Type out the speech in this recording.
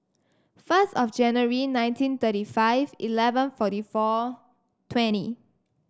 first of January nineteen thirty five eleven forty four twenty